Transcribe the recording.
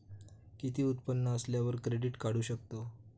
किती उत्पन्न असल्यावर क्रेडीट काढू शकतव?